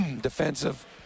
defensive